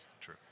True